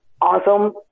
awesome